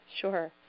Sure